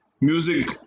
music